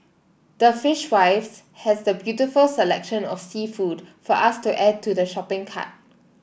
the Fishwives has the beautiful selection of seafood for us to add to shopping cart